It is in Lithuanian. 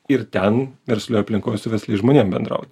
ir ten verslioj aplinkoj su versliais žmonėm bendraut